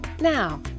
Now